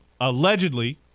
allegedly